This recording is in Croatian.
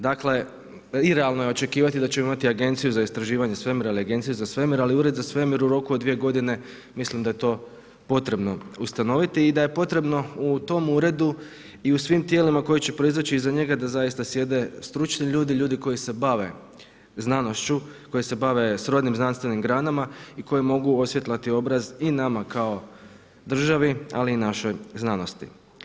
Dakle, irealno je očekivati da ćemo imati agenciju za istraživanje svemira ili agenciju za svemir ali ured za svemir u rok od 2 g., mislim da je to potrebno ustanoviti i da je potrebno u tome uredu i u svim tijelima koji će proizaći iza njega da zaista sjede stručni ljudi, ljudi koji se bave znanošću, koji se bave srodnim znanstvenim granama i koji mogu osvijetliti obraz i nama kao državi ali i našoj znanosti.